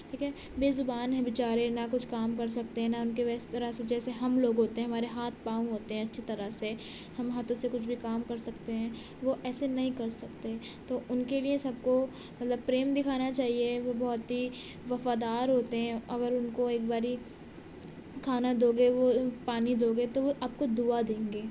ٹھیک ہے بےزبان ہیں بےچارے نہ کچھ کام کر سکتے ہیں نہ ان کے وہ اس طرح سے جیسے ہم لوگ ہوتے ہیں ہمارے ہاتھ پاؤں ہوتے ہیں اچھی طرح سے ہم ہاتھوں سے کچھ بھی کام کر سکتے ہیں وہ ایسے نہیں کر سکتے تو ان کے لیے سب کو مطلب پریم دکھانا چاہیے وہ بہت ہی وفادار ہوتے ہیں اگر ان کو ایک باری کھانا دوگے وہ پانی دوگے تو وہ آپ کو دعا دیں گے